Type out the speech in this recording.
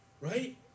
Right